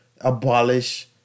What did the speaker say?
abolish